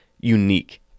unique